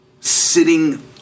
sitting